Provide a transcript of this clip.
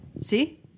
See